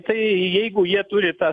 tai jeigu jie turi tą